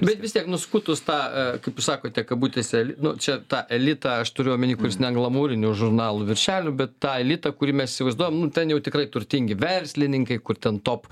bet vis tiek nuskutus tą a kaip jūs sakote kabutėse eli nu čia tą elitą aš turiu omeny kuris ne ant glamūrinių žurnalų viršelių bet tą elitą kurį mes įsivaizduojam nu ten jau tikrai turtingi verslininkai kur ten top